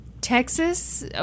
Texas